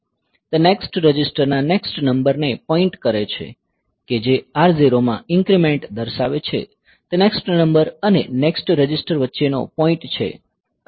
તે નેક્સ્ટ રજિસ્ટરના નેક્સ્ટ નંબરને પોઈન્ટ કરે છે કે જે R0 માં ઇંક્રિમેંટ દર્શાવે છે તે નેક્સ્ટ નંબર અને નેક્સ્ટ રજિસ્ટર વચ્ચેનો પોઈન્ટ છે